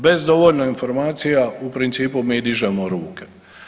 Bez dovoljno informacija u principu mi dižemo ruke.